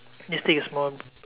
just take a small